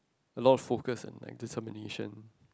a lot of focus and like determination